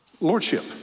Lordship